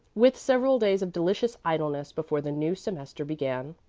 with several days of delicious idleness before the new semester began.